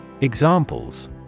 Examples